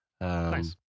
nice